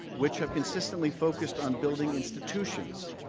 which have consistently focused on building institutions,